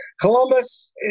Columbus